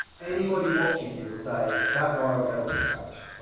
anybody watching you will say, that guy or girl can scratch,